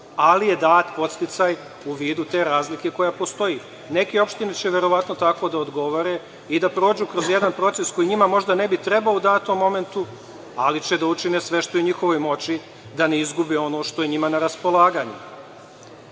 ali je dat podsticaj u vidu te razlike koja postoji. Neke opštine će verovatno tako da odgovore i da prođu kroz jedan proces koji njima možda ne bi trebao u datom momentu, ali će da učine sve što je u njihovoj moći da ne izgube ono što je njima na raspolaganju. Dalja